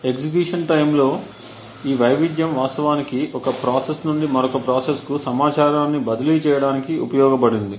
execution టైమ్లో ఈ వైవిధ్యం వాస్తవానికి ఒక ప్రాసెస్ నుండి మరొక ప్రాసెస్ కు సమాచారాన్ని బదిలీ చేయడానికి ఉపయోగించబడింది